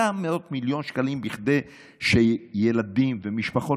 900 מיליון שקלים כדי שילדים ומשפחות